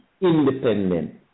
independent